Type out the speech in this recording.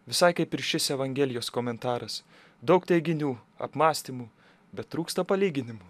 visai kaip ir šis evangelijos komentaras daug teiginių apmąstymų bet trūksta palyginimų